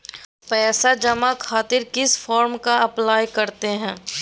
पैसा जमा खातिर किस फॉर्म का अप्लाई करते हैं?